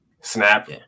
snap